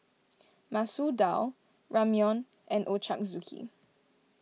Masoor Dal Ramyeon and Ochazuke